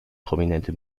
prominente